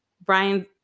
Brian